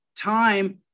time